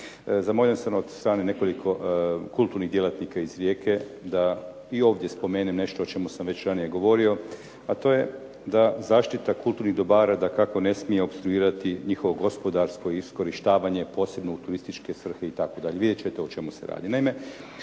Zamoljen sam od strane nekoliko kulturnih djelatnika iz Rijeke da i ovdje spomenem nešto o čemu sam već ranije govorio, a to je da zaštita kulturnih dobara dakako ne smije opstruirati njihovo gospodarstvo i iskorištavanje posebno u turističke svrhe itd. Vidjet ćete o čemu se radi.